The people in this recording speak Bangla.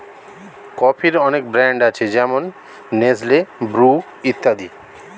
কফির অনেক ব্র্যান্ড আছে যেমন নেসলে, ব্রু ইত্যাদি